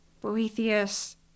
Boethius